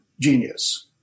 genius